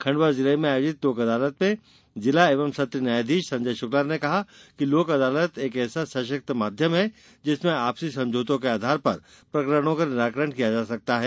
खंडवा जिले में आयोजित लोक अदालत में जिला एवं सत्र न्यायाधीश संजय शुक्ला ने कहा कि लोक अदालत एक ऐसा सशक्त माध्यम है जिसमें आपसी समझौते के आधार पर प्रकरणों का निराकरण किया जा सकता है